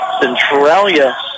Centralia